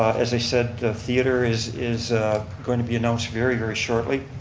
as i said the theater is is going to be announced very, very shortly,